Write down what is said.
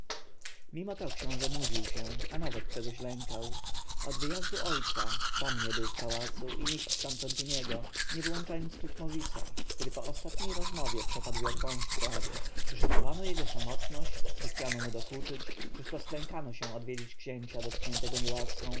mimo to książę nudził się a nawet czegoś lękał od wyjazdu ojca sam nie był w pałacu i nikt stamtąd u niego nie wyłączając tutmozisa który po ostatniej rozmowie przepadł jak wąż w trawie czy szanowano jego samotność czy chciano mu dokuczyć czy wprost lękano się odwiedzać księcia dotkniętego niełaską